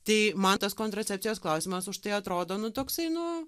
tai man tas kontracepcijos klausimas už tai atrodo toksai nu